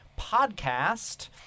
podcast